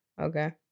Okay